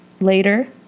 later